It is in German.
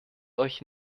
euch